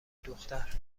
دختر